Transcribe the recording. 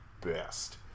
best